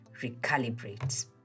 recalibrate